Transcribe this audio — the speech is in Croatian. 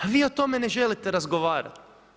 A vi o tome ne želite razgovarati.